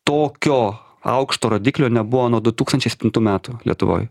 tokio aukšto rodiklio nebuvo nuo du tūkstančiai septintų metų lietuvoj